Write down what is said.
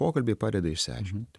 pokalbiai padeda išsiaiškinti